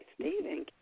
Stephen